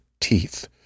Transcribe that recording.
teeth